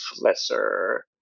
lesser